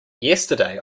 yesterday